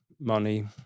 money